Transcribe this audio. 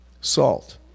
Salt